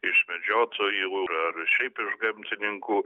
iš medžiotojų ir šiaip iš gamtininkų